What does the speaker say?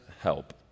help